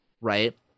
Right